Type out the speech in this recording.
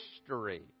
history